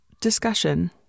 discussion